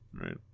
Right